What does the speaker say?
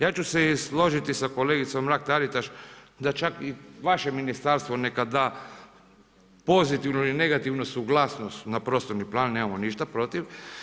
Ja ću se i složiti sa kolegicom Mrak Taritaš, da čak i vaše ministarstvo, nekada pozitivno ili negativnu suglasnost, na prostorni plan, nemamo ništa protiv.